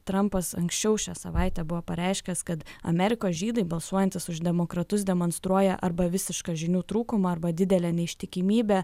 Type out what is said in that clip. trampas anksčiau šią savaitę buvo pareiškęs kad amerikos žydai balsuojantys už demokratus demonstruoja arba visišką žinių trūkumą arba didelę neištikimybę